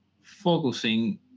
focusing